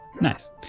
Nice